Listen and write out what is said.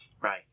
Right